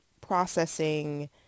processing